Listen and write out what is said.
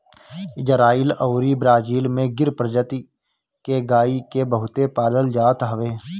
Israel अउरी Brazil में गिर प्रजति के गाई के बहुते पालल जात हवे